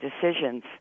decisions